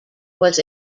was